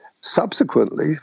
subsequently